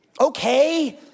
okay